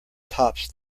tops